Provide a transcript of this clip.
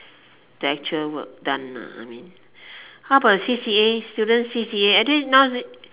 the actual work done ah I mean how about the C_C_A students C_C_A actually now